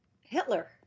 Hitler